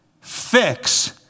Fix